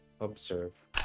observe